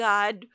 God